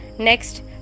Next